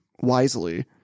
wisely